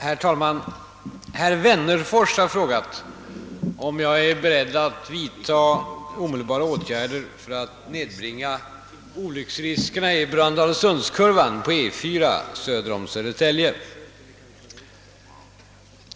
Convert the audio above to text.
Herr talman! Herr Wennerfors har frågat om jag är beredd att vidta omedelbara åtgärder för att nedbringa olycksriskerna i Brandalsundskurvan på E 4 söder om Södertälje.